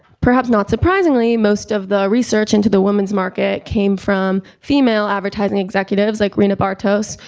perhaps not surprisingly, most of the research into the women's market came from female advertising executives like rena bartos,